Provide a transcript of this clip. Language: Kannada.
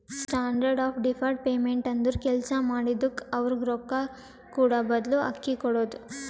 ಸ್ಟ್ಯಾಂಡರ್ಡ್ ಆಫ್ ಡಿಫರ್ಡ್ ಪೇಮೆಂಟ್ ಅಂದುರ್ ಕೆಲ್ಸಾ ಮಾಡಿದುಕ್ಕ ಅವ್ರಗ್ ರೊಕ್ಕಾ ಕೂಡಾಬದ್ಲು ಅಕ್ಕಿ ಕೊಡೋದು